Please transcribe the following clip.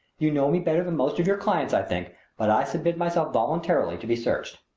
you know me better than most of your clients, i think but i submit myself voluntarily to be searched.